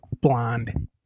blonde